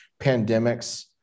pandemics